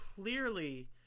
clearly